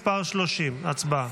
מס' 29. הצבעה.